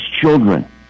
children